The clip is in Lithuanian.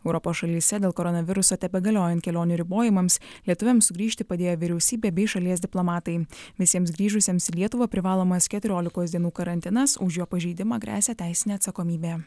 europos šalyse dėl koronaviruso tebegaliojant kelionių ribojimams lietuviams sugrįžti padėjo vyriausybė bei šalies diplomatai visiems grįžusiems į lietuvą privalomas keturiolikos dienų karantinas už jo pažeidimą gresia teisinė atsakomybė